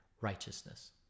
righteousness